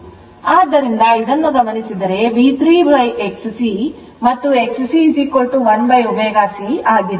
ಆದ್ದರಿಂದ ಇದನ್ನು ಗಮನಿಸಿದರೆ V3 xc ಮತ್ತು xc 1ωc ಆಗಿದೆ